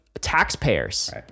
Taxpayers